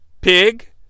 pig